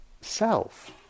self